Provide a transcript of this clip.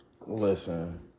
Listen